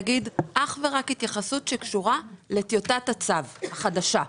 אני הולכת להגיד אך ורק התייחסות שקשורה לטיוטת הצו החדשה.